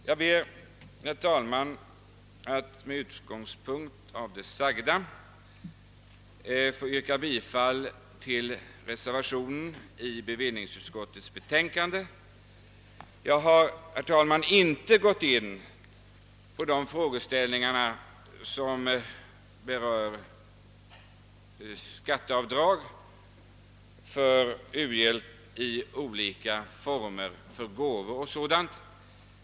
Jag ber, herr talman, att med hänvisning till vad jag nu sagt få yrka bifall till reservationen II som är fogad vid bevillningsutskottets betänkande. Jag har inte berört de frågeställningar som gäller skatteavdrag för u-hjälp i olika former, t.ex. gåvor.